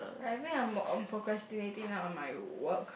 and I think I'm um procrastinating now on my work